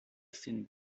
thin